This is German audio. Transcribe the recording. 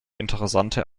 interessante